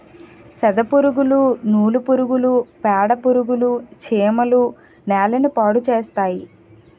సెదపురుగులు నూలు పురుగులు పేడపురుగులు చీమలు నేలని పాడుచేస్తాయి